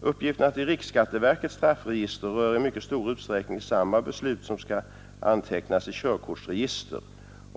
Uppgifterna till riksskatteverkets straffregister rör i mycket stor utsträckning samma beslut som skall antecknas i körkortsregister.